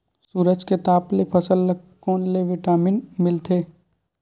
सूरज के ताप ले फसल ल कोन ले विटामिन मिल थे?